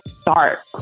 start